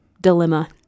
dilemma